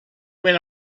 when